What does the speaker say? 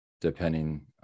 depending